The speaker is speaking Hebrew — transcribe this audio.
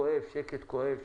שקט כואב,